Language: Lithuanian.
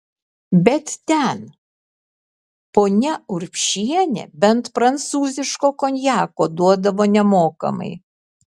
bet ten ponia urbšienė bent prancūziško konjako duodavo nemokamai